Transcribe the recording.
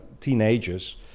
teenagers